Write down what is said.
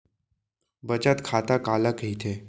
बचत खाता काला कहिथे?